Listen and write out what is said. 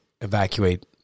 evacuate